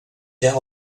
der